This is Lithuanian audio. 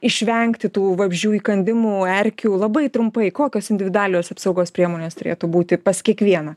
išvengti tų vabzdžių įkandimų erkių labai trumpai kokios individualios saugos priemonės turėtų būti pas kiekvieną